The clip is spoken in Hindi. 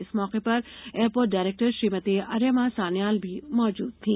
इस मौके पर एयरपोर्ट डायरेक्टर श्रीमती अर्यमा सान्याल भी मौजूद थी